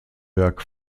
werk